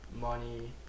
money